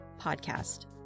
podcast